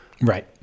Right